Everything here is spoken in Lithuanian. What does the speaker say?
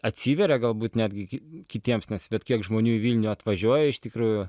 atsiveria galbūt netgi ki kitiems nes vat kiek žmonių į vilnių atvažiuoja iš tikrųjų